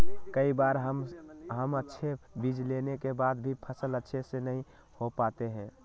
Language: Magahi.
कई बार हम अच्छे बीज लेने के बाद भी फसल अच्छे से नहीं हो पाते हैं?